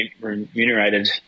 remunerated